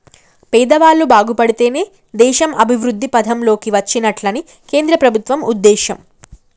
పేదవాళ్ళు బాగుపడితేనే దేశం అభివృద్ధి పథం లోకి వచ్చినట్లని కేంద్ర ప్రభుత్వం ఉద్దేశం